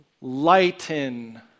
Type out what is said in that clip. Lighten